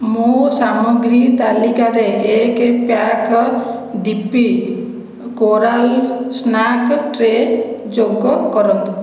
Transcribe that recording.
ମୋ ସାମଗ୍ରୀ ତାଲିକାରେ ଏକ pack D P coral snack tray ଯୋଗ କରନ୍ତୁ